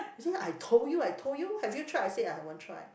ah see I told you I told you have you tried I say I haven't try